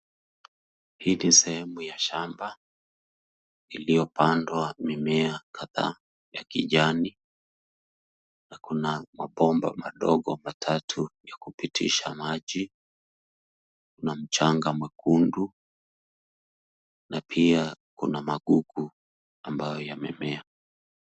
Hii ni sehemu ya shamba iliyopandwa mimea kadhaa ya kijani na kuna mabomba madogo matatu ya kupitisha maji na mchanga mwekundu na pia kuna magugu ambayo yamemea.